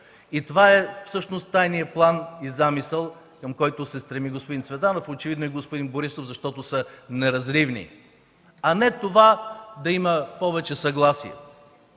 това е тайният план и замисъл, към който се стреми господин Цветанов, очевидно и господин Борисов, защото са неразривни, а не да има повече съгласие.